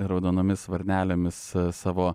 raudonomis varnelėmis savo